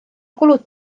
kulud